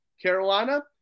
Carolina